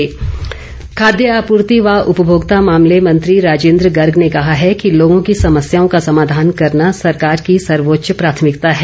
राजेन्द्र गर्ग खाद्य आपूर्ति व उपभोक्ता मामले मंत्री राजेन्द्र गर्ग ने कहा है कि लोगों की समस्याओं का समाधान करना सरकार की सर्वोच्च प्राथमिकता है